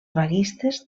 vaguistes